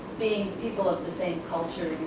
being people of the same culture